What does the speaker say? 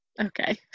Okay